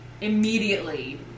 immediately